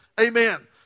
Amen